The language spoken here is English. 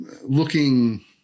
looking